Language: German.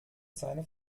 seine